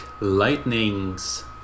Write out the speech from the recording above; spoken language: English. Lightnings